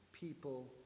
People